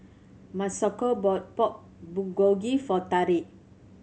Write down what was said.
Masako bought Pork Bulgogi for Tarik